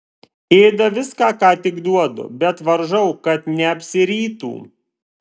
ėda viską ką tik duodu bet varžau kad neapsirytų